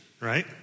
right